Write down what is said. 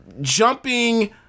jumping